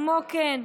כמו כן,